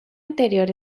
interior